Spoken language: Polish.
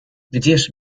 gdzież